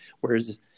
Whereas –